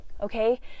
okay